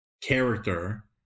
character